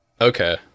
Okay